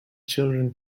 children